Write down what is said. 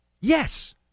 yes